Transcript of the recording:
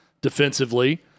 defensively